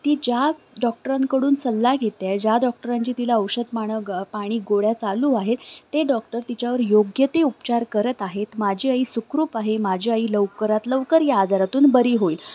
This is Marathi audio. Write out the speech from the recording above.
ती ज्या डॉक्टरांकडून सल्ला घेते आहे ज्या डॉक्टरांची तिला औषध माणं ग पाणी गोळ्या चालू आहेत ते डॉक्टर तिच्यावर योग्य ते उपचार करत आहेत माझी आई सुखरूप आहे माझी आई लवकरात लवकर या आजारातून बरी होईल